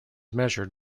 measured